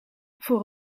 voor